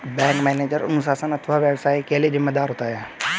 bank manager अनुशासन अथवा व्यवसाय के लिए जिम्मेदार होता है